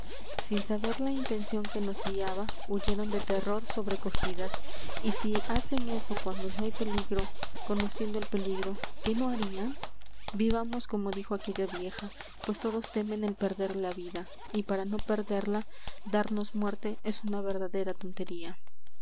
sin saber la intención que nos guiaba huyeron de terror sobrecogidas y si hacen eso cuando no hay peligro conociendo el peligro qué no h a r í a n vivamos como dijo aquella vieja pues todos temen el perder la vida y para no perderla darnos muerte es una verdadera tontería